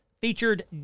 featured